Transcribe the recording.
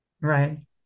right